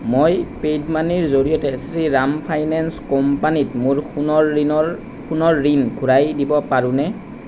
মই পেইড মানিৰ জৰিয়তে শ্ৰীৰাম ফাইনেন্স কোম্পানীত মোৰ সোণৰ ঋণৰ সোণৰ ঋণ ঘূৰাই দিব পাৰোনে